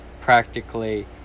practically